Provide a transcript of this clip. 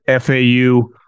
FAU